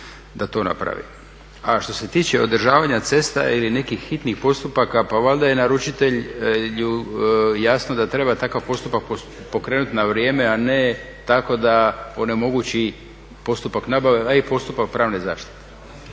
A što se tiče održavanja cesta ili nekih hitnih postupaka pa valjda je naručitelju jasno da treba takav postupak pokrenuti na vrijeme, a ne tako da onemogući postupak nabave a i postupak pravne zaštite.